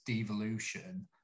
devolution